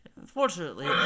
unfortunately